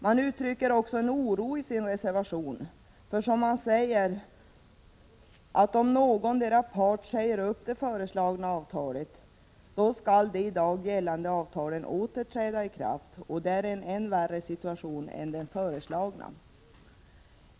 Man uttrycker också i sin reservation en oro för, som man säger, att någondera parten skall säga upp det föreslagna avtalet. Då skall de i dag gällande avtalen åter träda i kraft, och det är en än värre situation än den föreslagna.